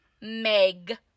Meg